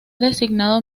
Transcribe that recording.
designado